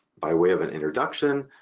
by way of an introduction,